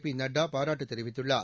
B Nadda பாராட்டு தெரிவித்துள்ளார்